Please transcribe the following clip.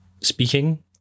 speaking